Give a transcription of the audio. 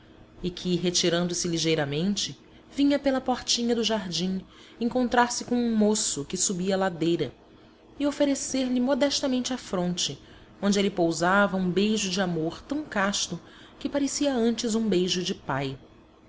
e que retirando-se ligeiramente vinha pela portinha do jardim encontrar-se com um moço que subia a ladeira e oferecer-lhe modestamente a fronte onde ele pousava um beijo de amor tão casto que parecia antes um beijo de pai